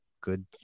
good